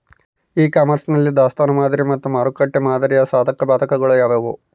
E commerce ನಲ್ಲಿ ದಾಸ್ತನು ಮಾದರಿ ಮತ್ತು ಮಾರುಕಟ್ಟೆ ಮಾದರಿಯ ಸಾಧಕಬಾಧಕಗಳು ಯಾವುವು?